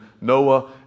Noah